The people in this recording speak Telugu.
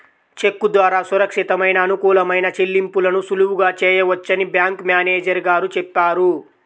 చెక్కు ద్వారా సురక్షితమైన, అనుకూలమైన చెల్లింపులను సులువుగా చేయవచ్చని బ్యాంకు మేనేజరు గారు చెప్పారు